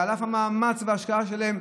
ועל המאמץ וההשקעה שלהם,